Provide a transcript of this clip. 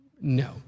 No